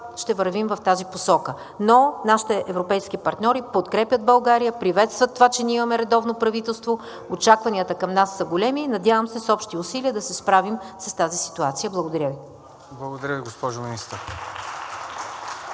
ще вървим в тази посока. Но нашите европейски партньори подкрепят България, приветстват това, че ние имаме редовно правителство. Очакванията към нас са големи. Надявам се с общи усилия да се справим с тази ситуация. Благодаря Ви. (Ръкопляскания